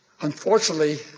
Unfortunately